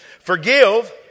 Forgive